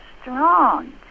strong